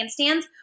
handstands